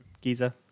Giza